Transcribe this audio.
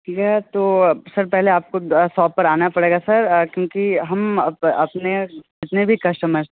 ठीक है तो सर पहले आपको सॉप पर आना पड़ेगा सर क्योंकि हम अपने जितने भी कस्टमर्स